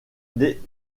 des